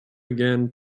again